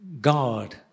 God